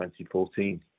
2014